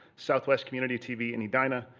southwest community tv in edina,